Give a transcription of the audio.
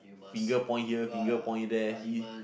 finger point here finger point there he